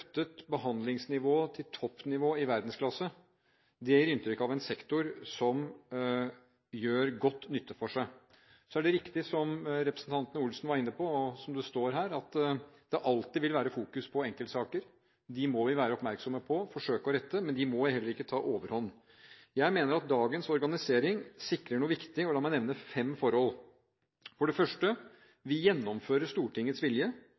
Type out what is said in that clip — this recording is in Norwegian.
løftet behandlingsnivået til toppnivå i verdensklasse. Det gir inntrykk av en sektor som gjør god nytte for seg. Så er det riktig som representanten Olsen var inne på, at det alltid vil være fokus på enkeltsaker. Dem må vi være oppmerksomme på og forsøke å rette, men de må heller ikke ta overhånd. Jeg mener at dagens organisering sikrer noe viktig. La meg nevne fem forhold: For det første gjennomfører vi Stortingets vilje.